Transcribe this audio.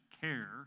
care